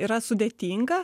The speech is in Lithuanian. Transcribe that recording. yra sudėtinga